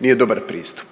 nije dobar pristup.